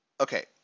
okay